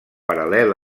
paral·lel